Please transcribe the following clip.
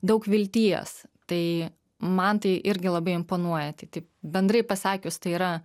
daug vilties tai man tai irgi labai imponuoja tai taip bendrai pasakius tai yra